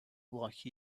like